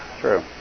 true